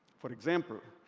for example,